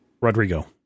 Rodrigo